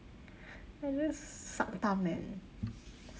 like just suck thumb and